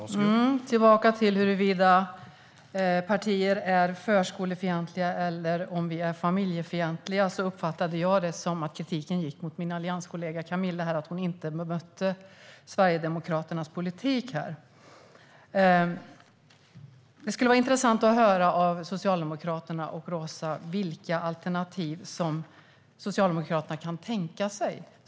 Herr talman! Låt mig gå tillbaka till huruvida partier är förskolefientliga eller familjefientliga. Jag uppfattade det som att kritiken riktades mot min allianskollega Camilla för att hon inte bemötte Sverigedemokraternas politik. Det skulle vara intressant att höra av Roza vilka alternativ Socialdemokraterna kan tänka sig.